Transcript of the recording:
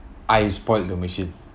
I spoilt the machine